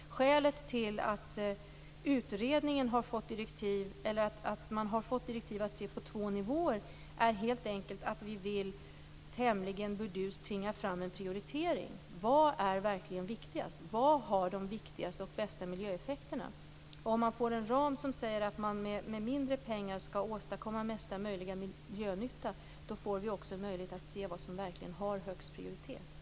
Skälet till att utredningen har fått direktivet att se på två nivåer är helt enkelt att vi tämligen burdust vill tvinga fram en prioritering. Vad är verkligen viktigast? Vad är det som ger de viktigaste och bästa miljöeffekterna? Om man får en ram som säger att man med mindre pengar skall åstadkomma mesta möjliga miljönytta får vi också en möjlighet att se vad som verkligen har högst prioritet.